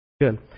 Good